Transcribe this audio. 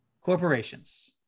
Corporations